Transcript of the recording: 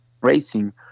Racing